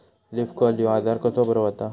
Leaf curl ह्यो आजार कसो बरो व्हता?